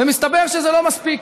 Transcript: ומסתבר שזה לא מספיק.